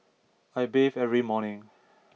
I bathe every morning